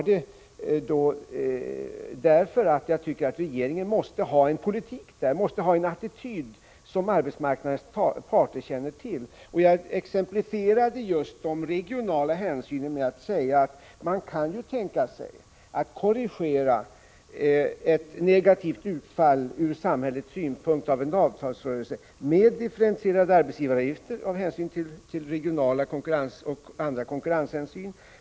Det var därför jag hävdade att regeringen måste ha en politik som arbetsmarknadens parter känner till. Jag exemplifierade just de regionala hänsynen med att säga att man kan tänka sig att korrigera ett ur samhällets synpunkt negativt utfall av en avtalsrörelse även med differentierade arbetsgivaravgifter, av hänsyn till regionala och andra konkurrenshänsyn.